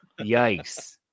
Yikes